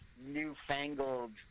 newfangled